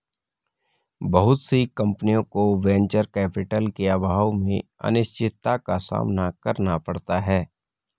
बहुत सी कम्पनियों को वेंचर कैपिटल के अभाव में अनिश्चितता का सामना करना पड़ता है